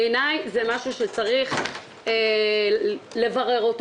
בעיניי זה משהו שצריך לברר אותו,